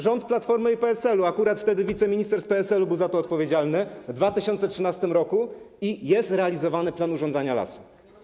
Rząd Platformy i PSL, akurat wiceminister z PSL był za to odpowiedzialny, w 2013 r., i jest realizowany plan urządzania lasu.